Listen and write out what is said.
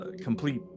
complete